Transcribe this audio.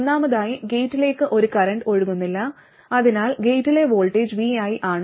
ഒന്നാമതായി ഗേറ്റിലേക്ക് ഒരു കറന്റും ഒഴുകുന്നില്ല അതിനാൽ ഗേറ്റിലെ വോൾട്ടേജ് vi ആണ്